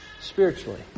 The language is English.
spiritually